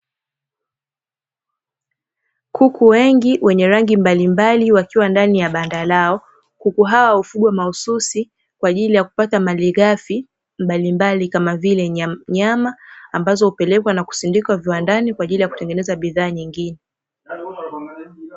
Kuku wengi wenye rangi mbalimbali wakiwa ndani ya banda lao, kuku hawa hufugwa mahususi kwa ajili ya kupata malighafi mbalimbali kama vile nyama ambazo hupelekwa na kusindikwa viwandani kwa ajili ya kutengeneza bidhaa nyingine.